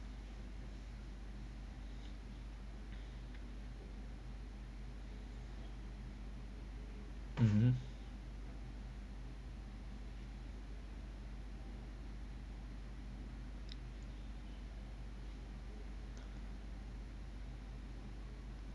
mm mm